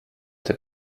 der